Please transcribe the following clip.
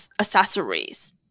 accessories